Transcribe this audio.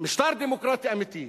משטר דמוקרטי אמיתי,